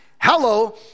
Hello